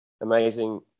amazing